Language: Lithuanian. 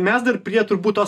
mes dar prie turbūt tos